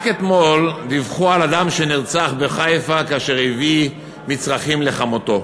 רק אתמול דיווחו על אדם שנרצח בחיפה כאשר הביא מצרכים לחמותו.